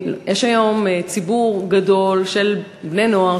יש היום ציבור גדול של בני-נוער,